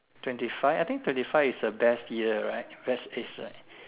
twenty five I think twenty five is a best year right best age right